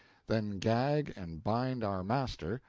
then gag and bind our master,